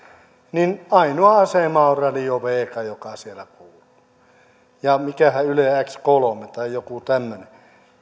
niin ainoa asema on radio vega joka siellä kuuluu ja mikähän ylex kolme tai joku tämmöinen